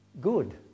good